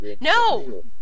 no